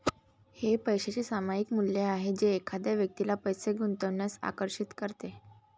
हे पैशाचे सामायिक मूल्य आहे जे एखाद्या व्यक्तीला पैसे गुंतवण्यास आकर्षित करते